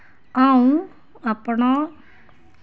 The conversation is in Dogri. अ'ऊं अपना